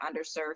underserved